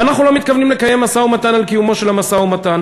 ואנחנו לא מתכוונים לקיים משא-ומתן על קיומו של המשא-ומתן.